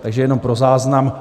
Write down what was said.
Takže jenom pro záznam.